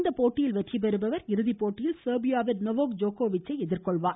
இப்போட்டியில் வெற்றி பெறுபவர் இறுதி போட்டியில் செர்பியாவின் நொவோக் ஜோகோவிச் ஐ எதிர்கொள்வார்